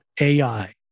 AI